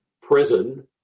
prison